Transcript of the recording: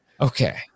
Okay